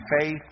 faith